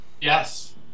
Yes